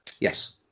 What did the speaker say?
Yes